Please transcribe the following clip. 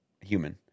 human